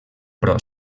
però